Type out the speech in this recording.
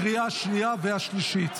לקריאה שנייה ושלישית.